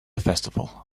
festival